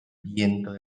viento